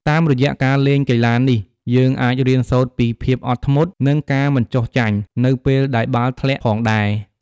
តាមរយៈការលេងកីឡានេះ យើងអាចរៀនសូត្រពី ភាពអត់ធ្មត់ និងការមិនចុះចាញ់ នៅពេលដែលបាល់ធ្លាក់ផងដែរ។